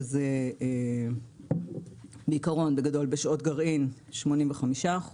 שזה בעיקרון בשעות גרעין 85%,